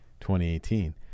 2018